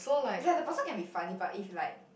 is like the person can be funny but if like